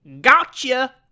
Gotcha